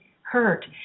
hurt